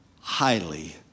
highly